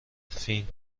فین